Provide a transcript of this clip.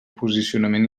posicionament